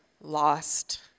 lost